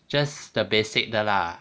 just the basic 的啦